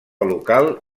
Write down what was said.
local